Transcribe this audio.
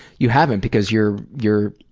you haven't because you're you're